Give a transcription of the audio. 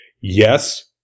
Yes